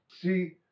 see